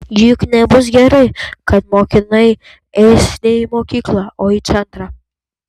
juk nebus gerai kad mokiniai eis ne į mokyklą o į centrą